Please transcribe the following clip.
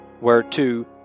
whereto